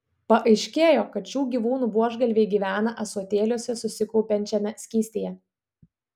paaiškėjo kad šių gyvūnų buožgalviai gyvena ąsotėliuose susikaupiančiame skystyje